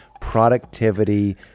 productivity